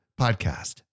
podcast